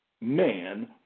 man